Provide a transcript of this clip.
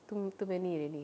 too too many already